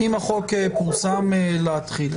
אם החוק פורסם להתחיל.